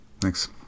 thanks